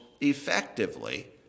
effectively